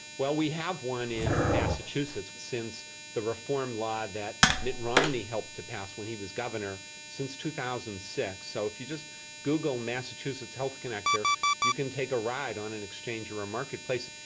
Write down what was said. well, we have one in massachusetts since the reform law that mitt romney helped to pass when he was governor, since two thousand and six. so if you just google massachusetts health connector you can take a ride on an exchange or a marketplace.